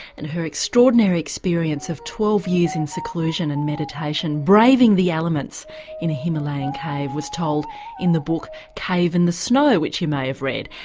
and her extraordinary experience of twelve years in seclusion and meditation, braving the elements in a himalayan cave, was told in the book cave in the snow which you may have read.